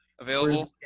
available